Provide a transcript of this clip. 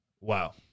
Wow